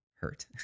hurt